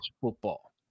football